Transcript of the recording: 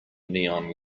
neon